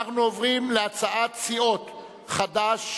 אנחנו עוברים להצעת סיעות חד"ש,